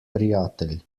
prijatelj